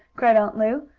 cried aunt lu.